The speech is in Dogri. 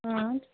आं